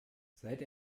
seit